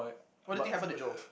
what do you think happen to Joe